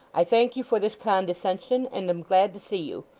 i thank you for this condescension, and am glad to see you.